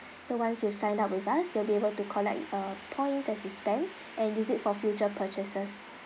so once you sign up with us you'll be able to collect uh points as you spend and use it for future purchases